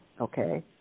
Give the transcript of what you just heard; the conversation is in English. okay